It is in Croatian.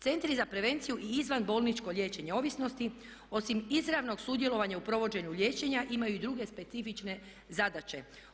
Centri za prevenciju i izvanbolničko liječenje ovisnosti osim izravnog sudjelovanja u provođenju liječenja imaju i druge specifične zadaće.